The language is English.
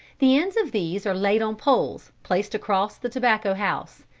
the ends of these are laid on poles placed across the tobacco house,